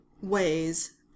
ways